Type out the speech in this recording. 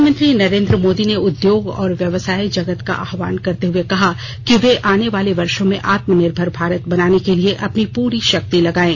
प्रधानमंत्री नरेन्द्र मोदी ने उद्योग और व्यवसाय जगत का आहवान करते हुए कहा कि वे आने वाले वर्षो में आत्मनिर्भर भारत बनाने के लिए अपनी पूरी शक्ति लगाएं